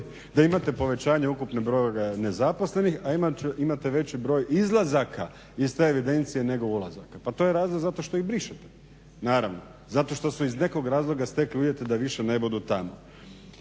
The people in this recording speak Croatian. da imate povećanje ukupnog broja nezaposlenih, a imate veći broj izlazaka iz te evidencije nego ulazaka. Pa to je razlog zato što ih brišete, naravno, zato što su iz nekog razloga stekli uvijete da više ne budu tamo.